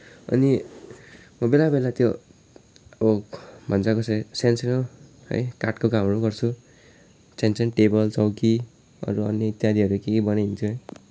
अनि म बेला बेला त्यो अब भन्छ कसैले सानो सानो है काठको कामहरू पनि गर्छु सानो सानो टेबल चौकी अरू अन्य इत्यादिहरू के के बनाइदिन्छु है